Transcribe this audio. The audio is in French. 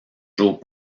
jours